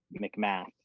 McMath